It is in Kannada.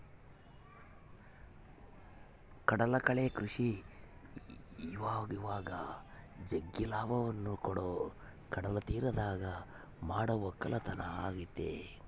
ಕಡಲಕಳೆ ಕೃಷಿ ಇವಇವಾಗ ಜಗ್ಗಿ ಲಾಭವನ್ನ ಕೊಡೊ ಕಡಲತೀರದಗ ಮಾಡೊ ವಕ್ಕಲತನ ಆಗೆತೆ